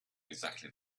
exactly